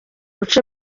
bice